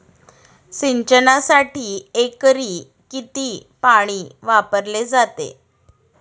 सिंचनासाठी एकरी किती पाणी वापरले जाते?